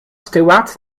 stewart